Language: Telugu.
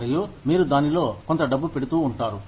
మరియు మీరు దానిలో కొంత డబ్బు పెడుతూ ఉంటారు